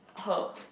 her